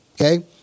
okay